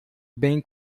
bem